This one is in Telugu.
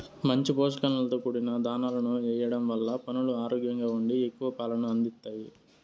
మంచి పోషకాలతో కూడిన దాణాను ఎయ్యడం వల్ల పసులు ఆరోగ్యంగా ఉండి ఎక్కువ పాలను అందిత్తాయి